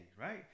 right